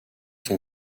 son